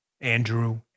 Andrew